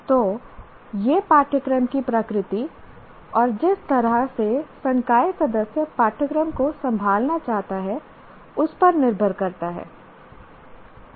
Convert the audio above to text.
तो यह पाठ्यक्रम की प्रकृति और जिस तरह से संकाय सदस्य पाठ्यक्रम को संभालना चाहता है उस पर निर्भर करता है